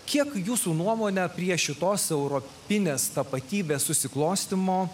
kiek jūsų nuomone prie šitos europinės tapatybės susiklostymo